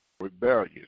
Rebellion